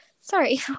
Sorry